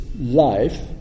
life